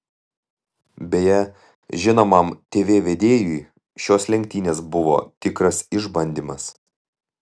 beje žinomam tv vedėjui šios lenktynės buvo tikras išbandymas